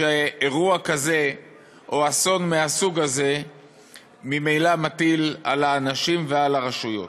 אירוע כזה או אסון מהסוג הזה מטיל על האנשים ועל הרשויות.